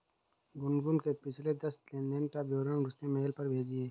गुनगुन के पिछले दस लेनदेन का विवरण उसके मेल पर भेजिये